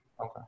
Okay